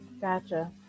Gotcha